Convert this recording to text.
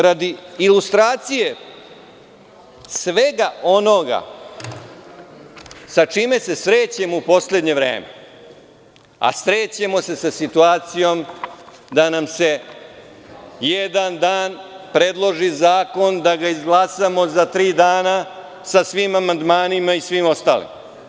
Radi ilustracije svega onoga sa čime se srećemo u poslednje vreme, a srećemo se sa situacijom da nam se jedan dan predloži zakon da ga izglasamo za tri dana, sa svim amandmanima i svim ostalim.